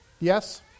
yes